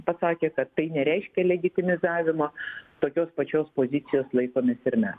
pasakė kad tai nereiškia legitimizavimo tokios pačios pozicijos laikomės ir mes